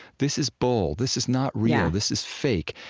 this is bull. this is not real. this is fake.